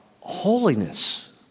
holiness